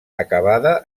acabada